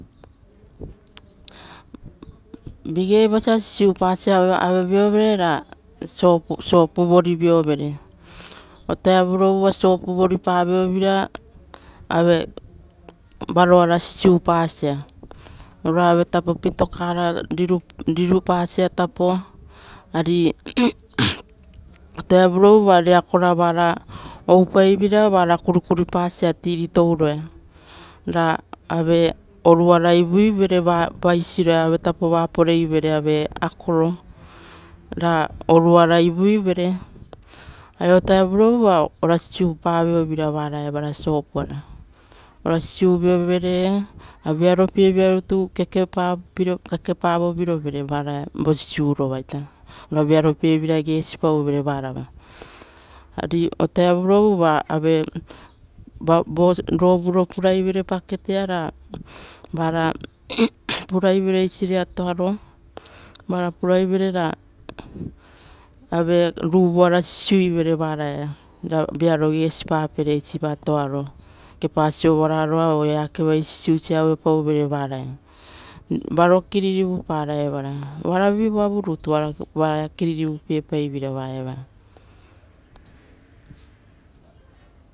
Vigei vosa sisiusa avaviovere, ra sopu vori vio vere, o taevuro vu, uva sopu voripa vioveira, varo sisiupasa. Ora ave pitoka rirupasa tapo, ari otae vurovu, uva riakora vara oupaiveira, vara kuripasa tiri touro ia. Ra oruara ivuivere vaisiroia, ave tapo vara porepasa akoro. Ra oruara ivuiverevaraia, ari ovu taronu uva, ora sisiupa vioveira varaia, ra vearopievira kekeuviro vio, ora vearo gesi pau vere varaiava. Ari ovu tarovu, uva vo rovuro puraivere pakete araia, ra vara puraivere eisire atoa ro, ra topisiara sisiuivere va raia. Ra vearo gesi pape eisi atoaro, ora eake vai sisiurivere vaia oiso osa varo klin ave vearo piepara, oara vurutu vearo piepaiveira.